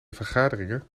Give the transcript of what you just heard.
vergaderingen